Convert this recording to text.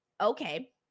Okay